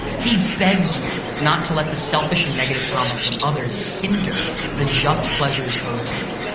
he begs you not to let the selfish, and negative comments of others hinder the just pleasures owed to you.